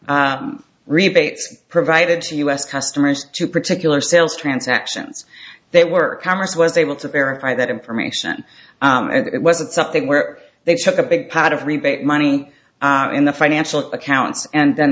tie rebates provided to us customers to particular sales transactions that work commerce was able to verify that information and it wasn't something where they took a big pot of rebate money in the financial accounts and then